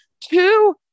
Two